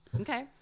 Okay